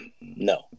No